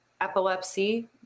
epilepsy